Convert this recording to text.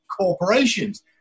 corporations